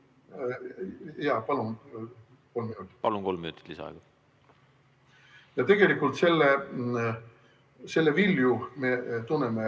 ... tegelikult selle ohu vilju me tunneme